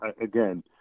again